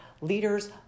leaders